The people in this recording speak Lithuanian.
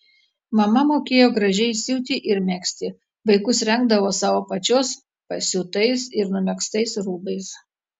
mama mokėjo gražiai siūti ir megzti vaikus rengdavo pačios pasiūtais ar numegztais rūbais